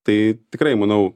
tai tikrai manau